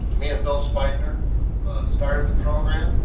me and bill spigner started the program.